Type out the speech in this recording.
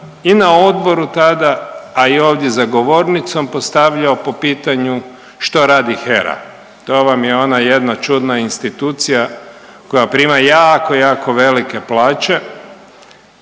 i na odboru tada, a i ovdje za govornicom postavljao po pitanju što radi HERA. To vam je ona jedna čudna institucija koja prima jako jako velike plaće,